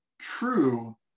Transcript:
true